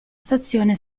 stazione